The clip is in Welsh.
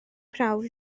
prawf